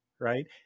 right